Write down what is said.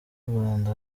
rwanda